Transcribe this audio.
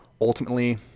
ultimately